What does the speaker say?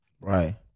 Right